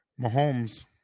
Mahomes